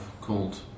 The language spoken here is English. called